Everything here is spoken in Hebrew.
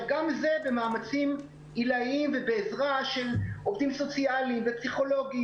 גם זה במאמצים עילאיים ובעזרה של עובדים סוציאליים ופסיכולוגים